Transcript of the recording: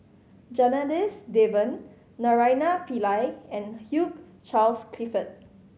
Janadas Devan Naraina Pillai and Hugh Charles Clifford